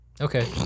Okay